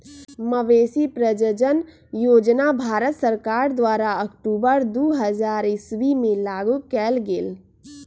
मवेशी प्रजजन योजना भारत सरकार द्वारा अक्टूबर दू हज़ार ईश्वी में लागू कएल गेल